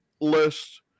list